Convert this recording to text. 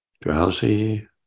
drowsy